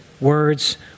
words